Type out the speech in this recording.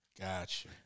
Gotcha